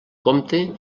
compte